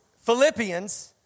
Philippians